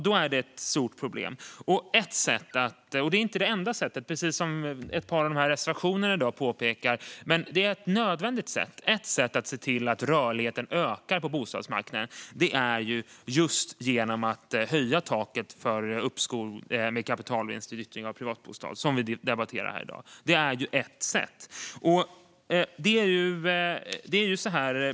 Ett sätt att se till att rörligheten på bostadsmarknaden ökar - det är inte det enda sättet, som påpekas i ett par av reservationerna, men ett nödvändigt sätt - är att höja taket för uppskov med kapitalvinst vid avyttring av privatbostad, vilket vi debatterar här i dag.